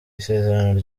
isezerano